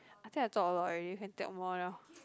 I think I talk a lot already you can talk more now